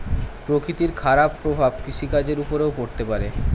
প্রকৃতির খারাপ প্রভাব কৃষিকাজের উপরেও পড়তে পারে